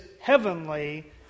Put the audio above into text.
heavenly